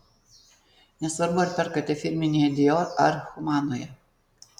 nesvarbu ar perkate firminėje dior ar humanoje